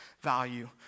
value